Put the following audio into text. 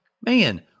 Man